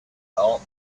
thought